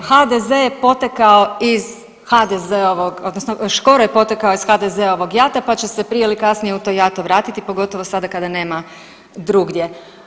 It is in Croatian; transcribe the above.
HDZ je potekao iz HDZ-ovog, odnosno Škoro je potekao iz HDZ-ovog jata pa će se prije ili kasnije u to jato vratiti, pogotovo sada kada nema drugdje.